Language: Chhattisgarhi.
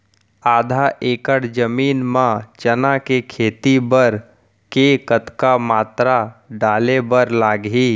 आधा एकड़ जमीन मा चना के खेती बर के कतका मात्रा डाले बर लागही?